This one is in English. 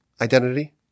identity